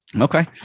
okay